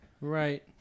Right